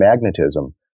magnetism